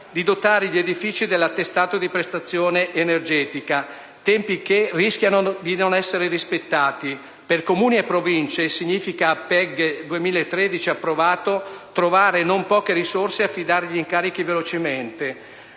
per dotare gli edifici dell'attestato di prestazione energetica. Tempi che rischiano di non essere rispettati. Per Comuni e Province significa, a PEG 2013 approvato, trovare non poche risorse e affidare gli incarichi velocemente.